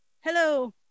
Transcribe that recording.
hello